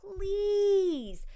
please